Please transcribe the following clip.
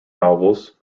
novels